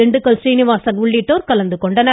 திண்டுக்கல் சீனிவாசன் உள்ளிட்டோர் கலந்து கொண்டனர்